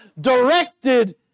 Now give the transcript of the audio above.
directed